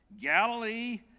Galilee